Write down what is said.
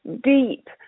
deep